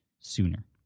sooner